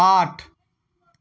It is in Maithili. आठ